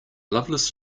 loveless